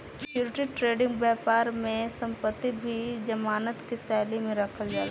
security trading बैपार में संपत्ति भी जमानत के शैली में रखल जाला